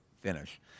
finish